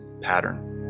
pattern